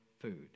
food